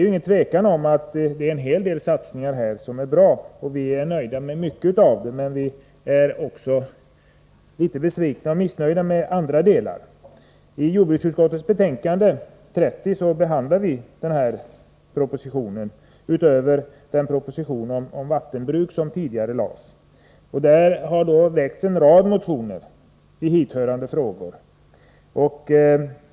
Utan tvivel är en hel del av de satsningar som föreslås bra; vi är nöjda med mycket, men vi är också litet besvikna och missnöjda med vissa delar. I sitt betänkande nr 30 behandlar jordbruksutskottet den här propositionen liksom också den proposition om vattenbruk som lades fram tidigare. En rad motioner har väckts i hithörande frågor.